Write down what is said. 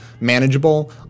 manageable